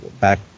back